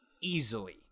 Easily